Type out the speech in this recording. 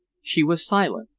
she was silent,